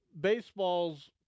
baseball's